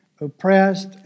oppressed